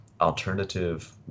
alternative